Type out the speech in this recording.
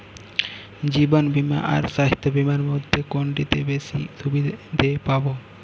জীবন বীমা আর স্বাস্থ্য বীমার মধ্যে কোনটিতে বেশী সুবিধে পাব?